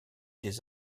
des